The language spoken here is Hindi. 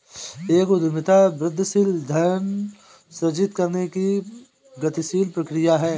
एक उद्यमिता वृद्धिशील धन सृजित करने की गतिशील प्रक्रिया है